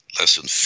lesson